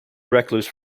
recluse